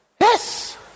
yes